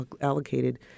allocated